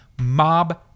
mob